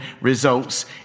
results